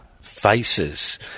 faces